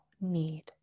need